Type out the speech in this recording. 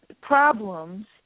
problems